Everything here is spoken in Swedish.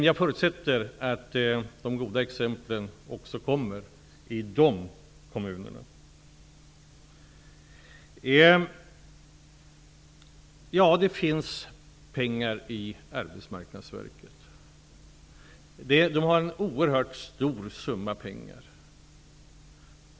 Jag förutsätter att de goda exemplen också kommer i de kommunerna. Det finns pengar i Arbetsmarknadsverket, en oerhört stor summa pengar.